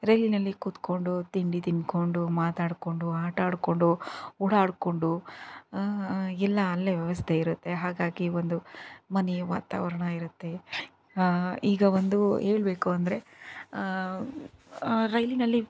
ರೈಲಿನಲ್ಲಿ ಕೂತ್ಕೊಂಡು ತಿಂಡಿ ತಿನ್ಕೊಂಡು ಮಾತಾಡ್ಕೊಂಡು ಆಟಾಡ್ಕೊಂಡು ಓಡಾಡ್ಕೊಂಡು ಎಲ್ಲ ಅಲ್ಲೇ ವ್ಯವಸ್ಥೆ ಇರುತ್ತೆ ಹಾಗಾಗಿ ಒಂದು ಮನೆ ವಾತಾವರಣ ಇರುತ್ತೆ ಈಗ ಒಂದು ಹೇಳಬೇಕು ಅಂದರೆ ರೈಲಿನಲ್ಲಿ